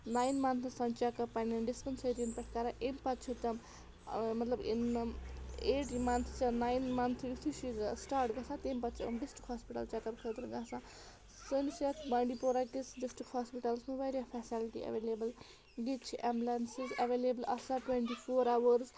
nine months تام check up پَنٛنٮ۪ن ڈِسپٮ۪نسٔریَن پٮ۪ٹھ کَران اَمہِ پَتہٕ چھِ تِم مطلب ایٹٕے مَنتھٕس یا نایِن مَنتھ یُتھُے چھُ سِٹاٹ گژھان تَمہِ پَتہٕ چھِ یِم ڈِسٹِرٛک ہاسپِٹَل چٮ۪ک اَپ خٲطرٕ گژھان سٲنِس یَتھ بانڈی پورہ کِس ڈِسٹِرٛک ہاسپِٹَلَس منٛز واریاہ فٮ۪سَلٹی اٮ۪وٮ۪لیبٕل ییٚتہِ چھِ اٮ۪مبُلٮ۪نسٕز اٮ۪وٮ۪لیبٕل آسان ٹۄنٹی فور اَوٲرٕس